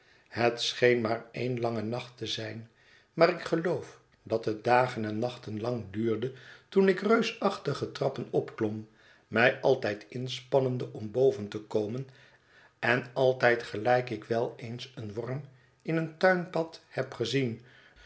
het scheen maar één lange nacht te zijn maar ik geloof dat het dagen en nachten lang duurde toen ik reusachtige trappen opklom mij altijd inspannende om boven te komen en altijd gelijk ik wel eens een worm in een tuinpad heb gezien